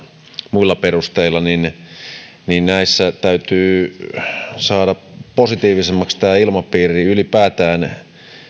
muilla perusteilla niin täytyy saada positiivisemmaksi tämä ilmapiiri ylipäätään